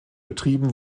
betrieben